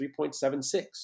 3.76